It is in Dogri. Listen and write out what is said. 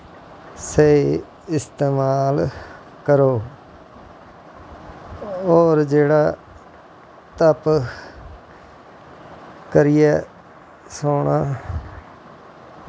दा स्हेई इस्तेमाल करो और जेह्ड़ा तप करियै सोना